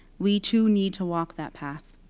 we too need to walk that path